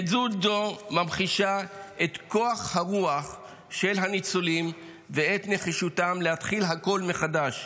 עדות זו ממחישה את כוח הרוח של הניצולים ואת נחישותם להתחיל הכול מחדש: